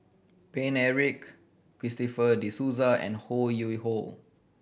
Paine Eric Christopher De Souza and Ho Yuen Hoe